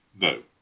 no